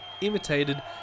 imitated